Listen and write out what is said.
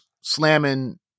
slamming